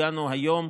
הגענו היום,